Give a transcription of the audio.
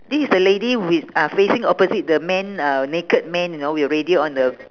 this is the lady with ah facing opposite the man uh naked man you know with a radio on the